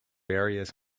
various